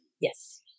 Yes